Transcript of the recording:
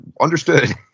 understood